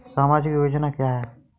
सामाजिक योजना क्या है?